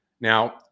Now